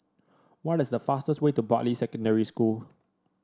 what is the fastest way to Bartley Secondary School